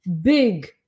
big